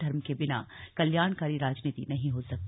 धर्म के बिना कल्याणकारी राजीनीति नहीं हो सकती